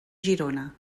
girona